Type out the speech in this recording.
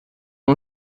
non